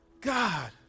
God